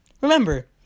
remember